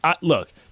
look